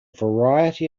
variety